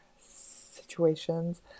situations